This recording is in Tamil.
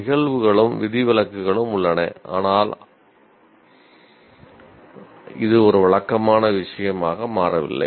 நிகழ்வுகளும் விதிவிலக்குகளும் உள்ளன ஆனால் ஆனால் இது ஒரு வழக்கமான விஷயமாக மாறவில்லை